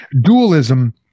Dualism